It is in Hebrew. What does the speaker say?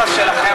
הצעת חוק,